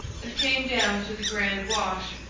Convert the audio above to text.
and came down to the grand wash,